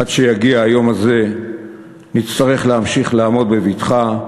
עד שיגיע היום הזה נצטרך להמשיך לעמוד בבטחה,